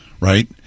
right